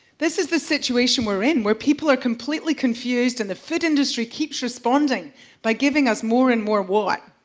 this is the situation we are in where people are completely confused, and the food industry keeps responding by giving us more and more of what?